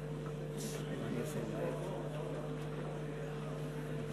המיועד להיות שר